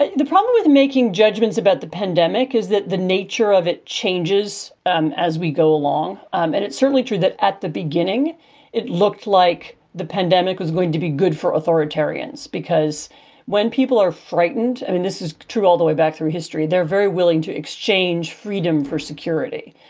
the the problem with making judgments about the pandemic is that the nature of it changes um as we go along. um and it's certainly true that at the beginning it looked like the pandemic was going to be good for authoritarians, because when people are frightened, i mean, this is true all the way back through history, they're very willing to exchange freedom for security.